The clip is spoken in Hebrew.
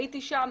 הייתי שם.